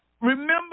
remember